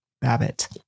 Babbitt